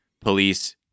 police